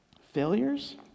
failures